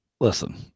listen